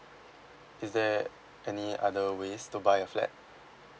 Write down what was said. is there any other ways to buy a flat